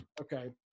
okay